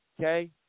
Okay